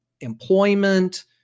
employment